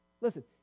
Listen